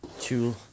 two